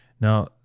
Now